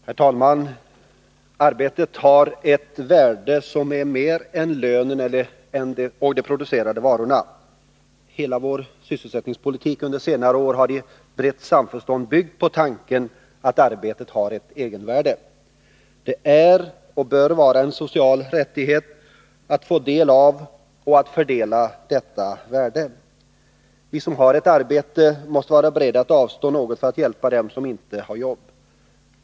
Herr talman! Arbetet har ett värde som är mer än lönen och de producerade varorna. Hela vår sysselsättningspolitik under senare år har i brett samförstånd byggt på tanken att arbetet har ett egenvärde. Det är och bör vara en social rättighet att få del av och fördela detta värde. Vi som har ett arbete måste vara beredda att avstå något för att hjälpa dem som inte har ett arbete.